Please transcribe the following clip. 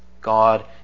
God